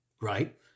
right